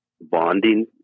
bonding